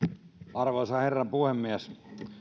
arvoisa herra puhemies